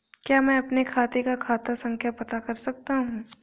क्या मैं अपने खाते का खाता संख्या पता कर सकता हूँ?